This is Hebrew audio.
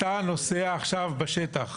אתה נוסע עכשיו בשטח.